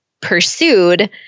pursued